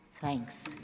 Thanks